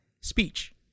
speech